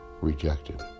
rejected